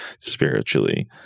spiritually